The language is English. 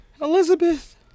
Elizabeth